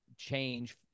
change